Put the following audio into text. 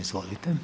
Izvolite.